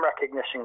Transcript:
recognition